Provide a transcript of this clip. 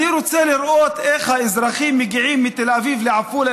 אני רוצה לראות איך האזרחים מגיעים מתל אביב לעפולה,